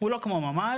הוא לא כמו ממ"ד.